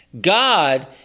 God